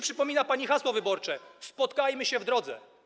Przypomina mi się pani hasło wyborcze: „Spotkajmy się w drodze”